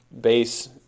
base